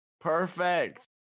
Perfect